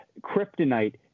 kryptonite